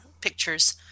pictures